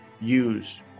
use